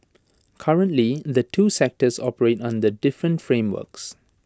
currently the two sectors operate under different frameworks